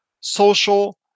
social